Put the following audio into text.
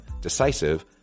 decisive